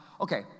Okay